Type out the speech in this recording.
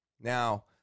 Now